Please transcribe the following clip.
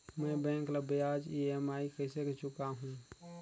मैं बैंक ला ब्याज ई.एम.आई कइसे चुकाहू?